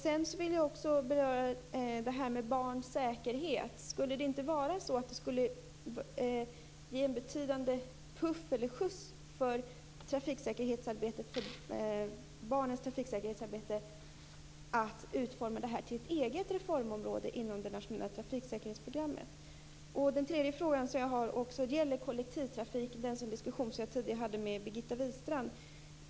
Sedan vill jag också beröra detta med barns säkerhet. Skulle det inte ge en betydande skjuts för barnens trafiksäkerhetsarbete om man utformade detta till ett eget reformområde inom det nationella trafiksäkerhetsprogrammet? Min tredje fråga gäller kollektivtrafik och den diskussion som jag tidigare hade med Birgitta Wistrand.